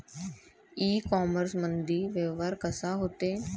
इ कामर्समंदी व्यवहार कसा होते?